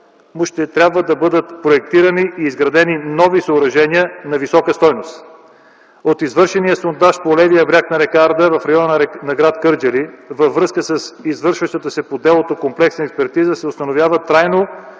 ще трябва да бъдат проектирани и изградени нови съоръжения на висока стойност. От извършения сондаж по левия бряг на р. Арда в района на гр. Кърджали във връзка с извършващата се по делото комплексна експертиза се установява трайно